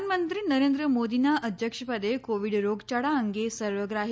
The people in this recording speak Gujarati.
પ્રધાનમંત્રી નરેન્દ્ર મોદીના અધ્યક્ષપદે કોવિડ રોગયાળા અંગે સર્વગ્રાહી